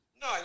No